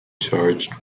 charged